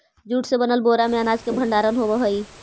jute से बनल बोरा में अनाज के भण्डारण होवऽ हइ